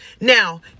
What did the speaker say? Now